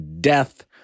death